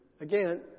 again